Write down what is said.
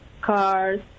cars